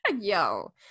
yo